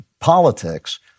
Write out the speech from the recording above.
politics